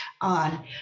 on